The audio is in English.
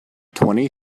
twenty